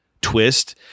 twist